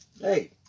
Hey